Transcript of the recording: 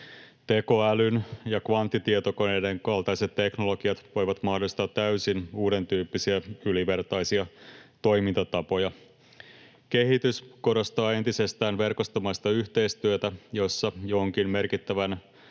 Tekoälyn ja kvanttitietokoneiden kaltaiset teknologiat voivat mahdollistaa täysin uudentyyppisiä, ylivertaisia toimintatapoja. Kehitys korostaa entisestään verkostomaista yhteistyötä, jossa jonkin merkittävän